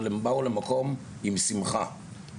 אבל הם באו למקום עם שמחה,